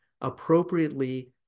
appropriately